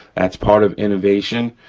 that's part of innovation,